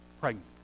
pregnant